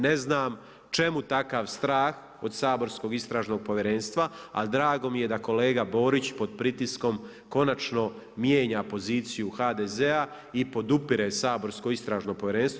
Ne znam čemu takav strah od saborskog Istražnog povjerenstva, ali drago mi je da kolega Borić pod pritiskom konačno mijenja poziciju HDZ-a i podupire saborsko istražno povjerenstvo.